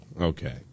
okay